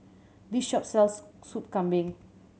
this shop sells Soup Kambing